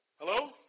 Hello